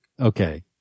okay